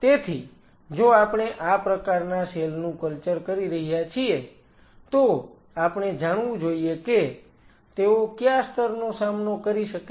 તેથી જો આપણે આ પ્રકારના સેલ નું કલ્ચર કરી રહ્યા છીએ તો આપણે જાણવું જોઈએ કે તેઓ કયા સ્તરનો સામનો કરી શકે છે